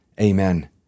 Amen